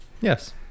Yes